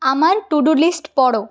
আমার to do list পড়